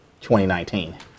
2019